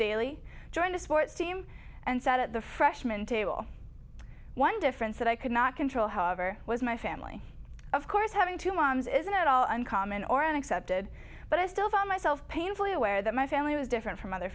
daley joined the sports team and sat at the freshman table one difference that i could not control however was my family of course having two moms isn't at all uncommon or accepted but i still found myself painfully aware that my family was different from other